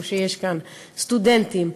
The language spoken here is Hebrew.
סטודנטים,